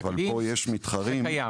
אבל זה קיים,